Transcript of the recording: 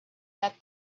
that